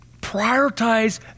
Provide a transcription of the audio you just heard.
Prioritize